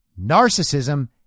narcissism